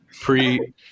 pre